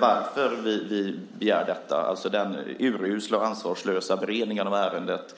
varför vi begär detta. Det handlar om den urusla och ansvarslösa beredningen av ärendet.